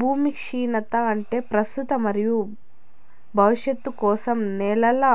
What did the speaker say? భూమి క్షీణత అంటే ప్రస్తుత మరియు భవిష్యత్తు కోసం నేలల